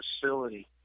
facility